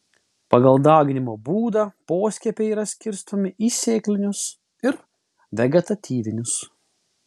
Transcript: pagal dauginimo būdą poskiepiai yra skirstomi į sėklinius ir vegetatyvinius